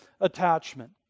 attachment